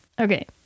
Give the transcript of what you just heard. okay